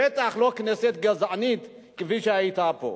בטח לא כנסת גזענית כפי שהיתה פה.